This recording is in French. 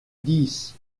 dix